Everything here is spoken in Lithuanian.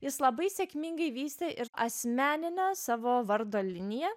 jis labai sėkmingai vystė ir asmeninę savo vardo liniją